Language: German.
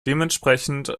dementsprechend